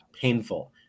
painful